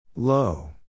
Low